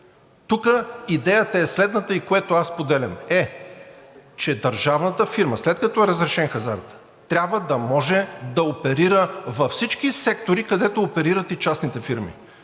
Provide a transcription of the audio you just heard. Тук идеята е следната, и което споделям, че държавната фирма, след като е разрешен хазартът, трябва да може да оперира във всички сектори, където оперират и частните фирми.